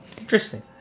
Interesting